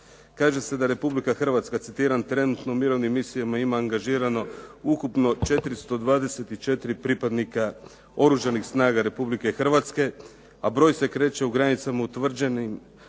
Kaže se da Republika Hrvatska trenutno u mirovnim misijama ima angažirano ukupno 424 pripadnika Oružanih snaga Republike Hrvatske a broj se kreće u granicama utvrđenim